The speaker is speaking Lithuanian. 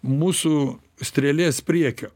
mūsų strėlės priekio